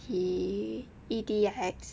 the E_D_X